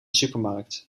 supermarkt